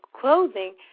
clothing